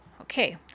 Okay